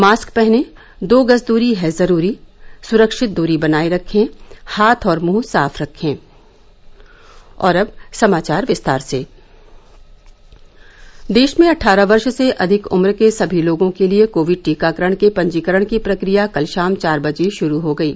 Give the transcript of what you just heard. mask पहनें दो गज दूरी है जरूरी सुरक्षित दूरी बनाये रखें हाथ और मुंह साफ रखें अब समाचार विस्तार से देश में अट्ठारह वर्ष से अधिक उम्र के सभी लोगों के लिए कोविड टीकाकरण के पंजीकरण की प्रक्रिया कल शाम चार बजे शुरू हो गयी